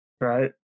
Right